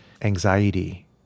anxiety